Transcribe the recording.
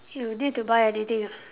you need to buy anything ah